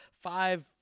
five